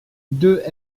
deux